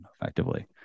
effectively